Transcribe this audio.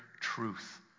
truth